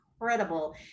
incredible